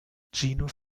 gino